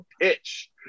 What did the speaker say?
pitch